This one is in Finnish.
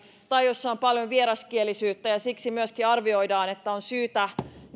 tai joilla on paljon vieraskielisyyttä ja siksi myöskin arvioidaan että on syytä